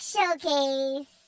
Showcase